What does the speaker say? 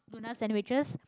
tuna sandwiches